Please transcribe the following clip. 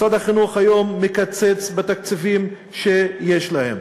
משרד החינוך היום מקצץ בתקציבים שיש להם.